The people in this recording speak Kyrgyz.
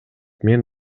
мен